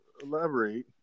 elaborate